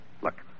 Look